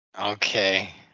Okay